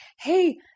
Hey